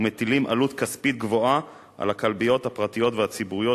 ומטילים עלות כספית גבוהה על הכלביות הפרטיות והציבוריות,